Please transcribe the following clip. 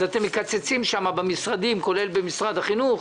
אז אתם מקצצים שם במשרדים, כולל במשרד החינוך.